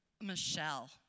Michelle